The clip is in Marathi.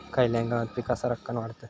खयल्या हंगामात पीका सरक्कान वाढतत?